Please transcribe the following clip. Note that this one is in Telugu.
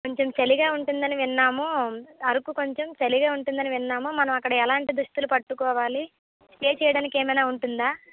కొంచెం చలిగా ఉంటుంది అని విన్నాము అరుకు కొంచెం చలిగా ఉంటుంది అని విన్నాము మనం అక్కడ ఎలాంటి దుస్తులు కట్టుకోవాలి స్టే చేయడానికి ఏమైనా ఉంటుందా